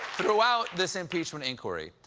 throughout this impeachment inquiry,